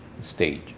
stage